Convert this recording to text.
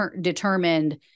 determined